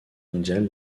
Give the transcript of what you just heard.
mondiale